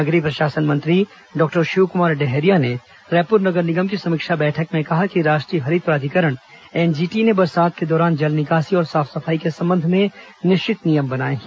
नगरीय प्रशासन मंत्री डॉक्टर शिवकुमार डहरिया ने रायपुर नगर निगम की समीक्षा बैठक में कहा कि राष्ट्रीय हरित प्राधिकरण एनजीटी ने बरसात के दौरान जल निकासी और साफ सफाई के संबंध में निश्चित नियम बनाए हैं